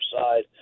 side